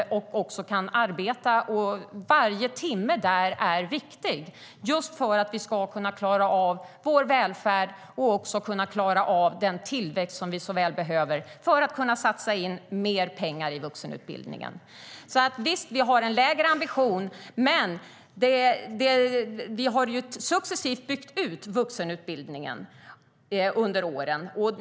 Varje timme i arbete är viktig, för att vi ska kunna klara av vår välfärd och den tillväxt som vi så väl behöver för att kunna satsa mer pengar på vuxenutbildningen. Visst har vi en lägre ambition, men vi har successivt byggt ut vuxenutbildningen under åren.